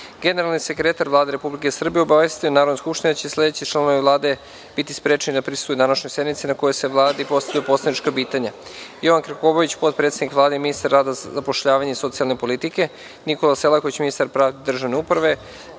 pitanja. Generalni sekretar Vlade Republike Srbije obavestio je Narodnu skupštinu da će sledeći članovi Vlade biti sprečeni da prisustvuju današnjoj sednici na kojoj se Vladi postavljaju poslanička pitanja: Jovan Krkobabić – potpredsednik Vlade i ministar rada, zapošljavanja i socijalne politike, Nikola Selaković – ministar pravde i držane uprave,